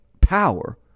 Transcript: power